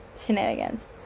shenanigans